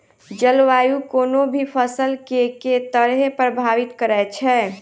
जलवायु कोनो भी फसल केँ के तरहे प्रभावित करै छै?